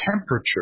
temperature